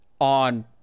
on